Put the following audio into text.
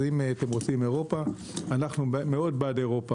אנחנו מאוד בעד אירופה,